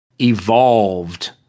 evolved